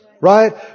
Right